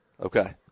Okay